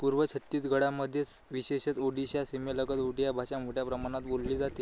पूर्व छत्तीसगडमध्येच विशेषत ओडीशा सीमेलगत ओडिया भाषा मोठ्या प्रमाणात बोलली जाते